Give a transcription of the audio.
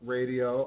Radio